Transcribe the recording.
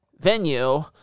venue